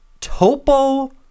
Topo